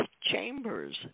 Chambers